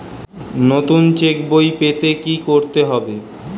নতুন চেক বই পেতে কী করতে হবে?